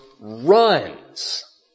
runs